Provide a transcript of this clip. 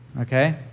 okay